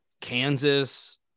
Kansas